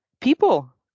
people